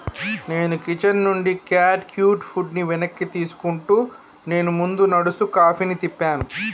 నేను కిచెన్ నుండి cat cute ఫుడ్ని వెనక్కి తీసుకుంటూ నేను ముందు నడుస్తూ కాఫీని తిప్పాను